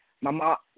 Mama